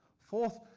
fourth,